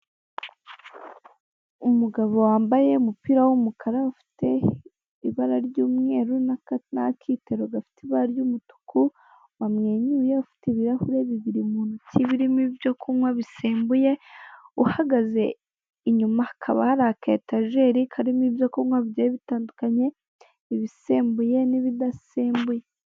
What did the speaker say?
Umugabo wambaye umupira w'umukara ufite ibara ry'umweru n'akitero gafite ibara ry'umutuku wamwenyuye, ufite ibirahure bibiri mu ntoki birimo ibyo kunywa bisembuye uhagaze inyuma, hakaba hari akayetajeri karimo ibyo kunywa bigiye bitandukanye ibisembuye n'ibidasembuye.